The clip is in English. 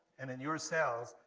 and in your cells,